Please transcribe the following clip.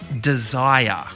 desire